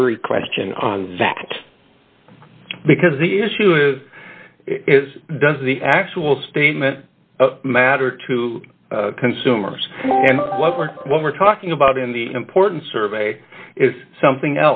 jury question on that because the issue is is does the actual statement matter to consumers and what we're talking about in the important survey is something